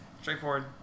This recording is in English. Straightforward